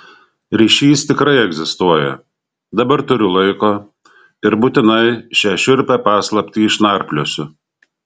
ryšys tikrai egzistuoja dabar turiu laiko ir būtinai šią šiurpią paslaptį išnarpliosiu